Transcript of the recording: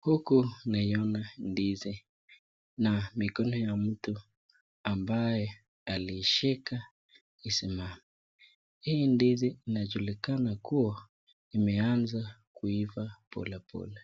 Huku naiona ndizi na mikono ya mtu ambaye alishika nzima, hii ndizi inajulikana kuwa imeanza kuiva Pole pole ,